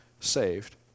saved